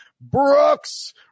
Brooks